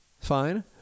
Fine